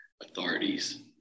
authorities